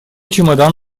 чемодан